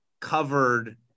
covered